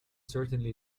certainly